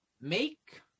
make